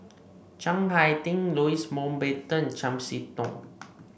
Chiang Hai Ding Louis Mountbatten Chiam See Tong